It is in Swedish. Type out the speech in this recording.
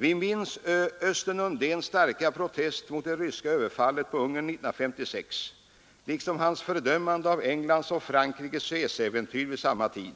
Vi minns Östen Undéns starka protest mot det ryska överfallet på Ungern 1956 liksom hans fördömande av Englands och Frankrikes Suezäventyr vid samma tid.